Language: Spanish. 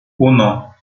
uno